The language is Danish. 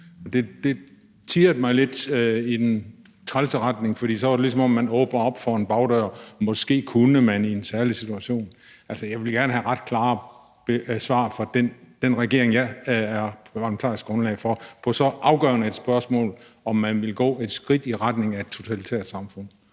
Det tirrede mig lidt i den trælse retning, for så var det, ligesom man åbnede op for en bagdør, med hensyn til at man måske kunne gøre det i en særlig situation. Altså, jeg vil gerne have ret klare svar fra den regering, jeg er parlamentarisk grundlag for, på så afgørende et spørgsmål om, om man vil gå et skridt i retningen af et totalitært samfund.